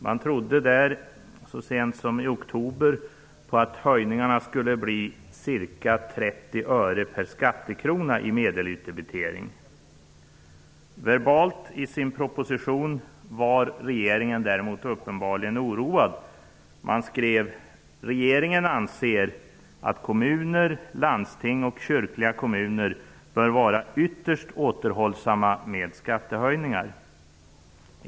Man trodde där så sent som i oktober att höjningarna skulle bli ca 30 öre per skattekrona i medelutdebitering. Verbalt var regeringen i sin proposition däremot uppenbarligen oroad. Man skrev: Regeringen anser att kommuner, landsting och kyrkliga kommuner bör vara ytterst återhållsamma med skattehöjningar.